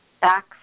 back